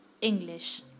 English